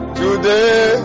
today